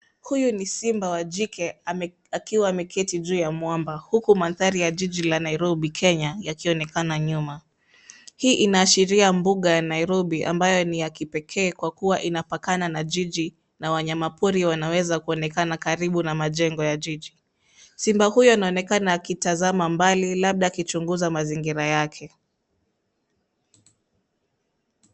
Huyu ni simba wa jike akiwa ameketi juu ya mwamba huku mandhari ya jiji Nairobi, Kenya yakionekana nyuma. Hii ina ashiria mbuga ya Nairobi ambayo ni ya kipekee kwa kuwa inapakana na jiji na wanyama pori wanaweza kuonekana karibu na majengo ya jiji. Simba huyo anaonekana aki tazama mbali labda akichunguza mazingira yake.